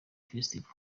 festival